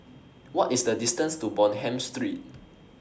What IS The distance to Bonham Street